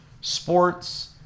sports